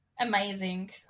Amazing